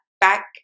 back